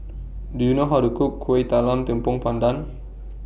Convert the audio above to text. Do YOU know How to Cook Kuih Talam Tepong Pandan